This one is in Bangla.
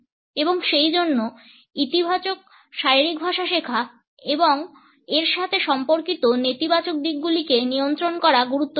এবং সেইজন্য ইতিবাচক শারীরিক ভাষা শেখা এবং এর সাথে সম্পর্কিত নেতিবাচক দিকগুলিকে নিয়ন্ত্রণ করা গুরুত্বপূর্ণ